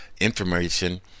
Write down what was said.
information